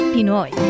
Pinoy